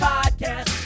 Podcast